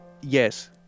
Yes